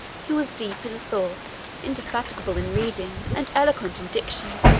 who was deep in thought, indefatigable in reading, and eloquent in diction.